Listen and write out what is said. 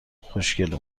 خوشگل